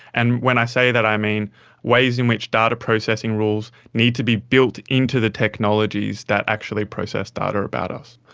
and when i say that i mean ways in which data processing rules need to be built into the technologies that actually process data about us.